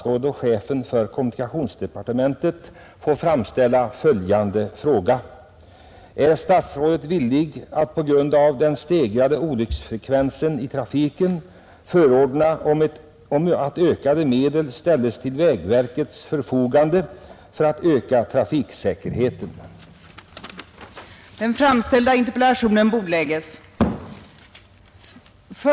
Det torde sålunda bli nödvändigt med en annan vägpolitik än den nu gällande. Trots ökade intäkter i form av skatt från bilismen har kraftiga nedskärningar av gjorda anslagsäskanden skett. Omkring en miljard kronor av bilskattemedel kommer inte vägarna till godo utan används i stället till andra ändamål. Om något mindre av bilskattemedlen överfördes till budgetregleringsfonden än vad som nu sker och i stället användes för avhjälpande av de värsta trafikfällorna skulle mycket vara vunnet. Det fordras krafttag i kampen mot de ständigt stigande trafikolyckorna.